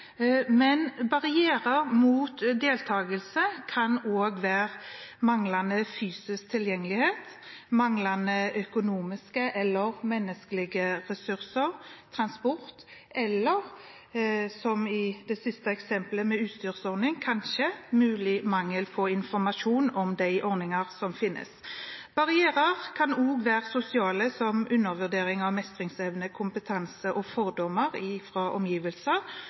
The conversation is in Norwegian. Men barrierer mot deltakelse kan også være manglende fysisk tilgjengelighet, manglende økonomiske eller menneskelige ressurser, transport eller kanskje, som i det siste eksemplet med utstyrsordning, mulig mangel på informasjon om de ordninger som finnes. Barrierer kan også være sosiale, som undervurdering av mestringsevne og kompetanse og fordommer fra omgivelser,